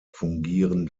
fungieren